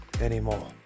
anymore